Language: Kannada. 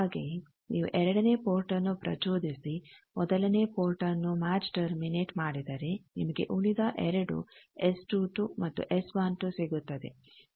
ಹಾಗೆಯೇ ನೀವು ಎರಡನೇ ಪೋರ್ಟ್ನ್ನು ಪ್ರಚೋದಿಸಿ ಮೊದಲನೇ ಪೋರ್ಟ್ನ್ನು ಮ್ಯಾಚ್ ಟರ್ಮಿನೇಟ್ ಮಾಡಿದರೆ ನಿಮಗೆ ಉಳಿದ 2 ಎಸ್22 ಮತ್ತು ಎಸ್12 ಸಿಗುತ್ತದೆ